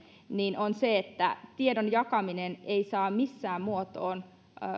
on se että tiedon jakaminen ei saa missään muotoa